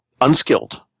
unskilled